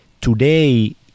Today